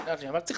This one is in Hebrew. יש להבין